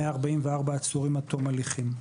144 עצורים עד תום הליכים.